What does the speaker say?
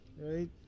right